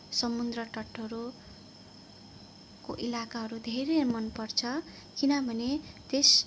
समुद्र तटहरूको इलाकाहरू धेरै मन पर्छ किनभने त्यसको